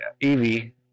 Evie